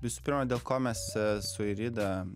visų pirma dėl ko mes su airida